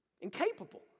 Incapable